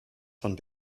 von